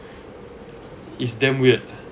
it's damn weird